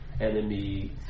Enemy